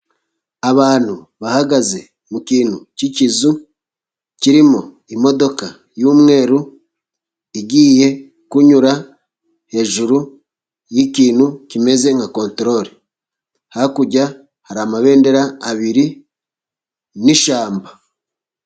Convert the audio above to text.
Abantu bahagaze mu kintu cy'ikizu kirimo imodoka y'umweru, igiye kunyura hejuru y'ikintu kimeze nka contorore, hakurya hari amabendera abiri n'ishyamba.